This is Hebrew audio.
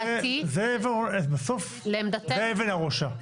זה בסוף זה אבן הראשה.